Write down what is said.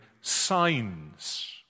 signs